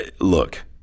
Look